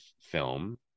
film